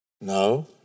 No